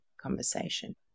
conversation